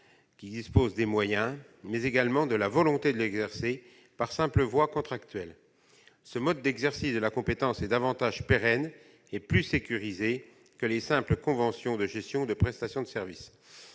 de l'expérience, des moyens, mais également de la volonté de l'exercer par la simple voie contractuelle. Ce mode d'exercice de la compétence est davantage pérenne et plus sécurisé que les simples conventions de gestion ou de prestations de services.